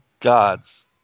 gods